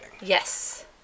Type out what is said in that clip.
Yes